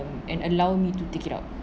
and allow me to take it out